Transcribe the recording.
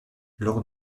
lors